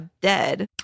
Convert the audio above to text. dead